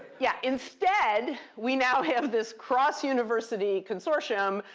yeah, instead, we now have this cross-university consortium.